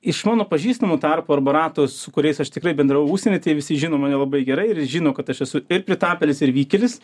iš mano pažįstamų tarpo arba rato su kuriais aš tikrai bendravau užsieny tai jie visi žino mane labai gerai ir žino kad aš esu ir pritapėlis ir vykėlis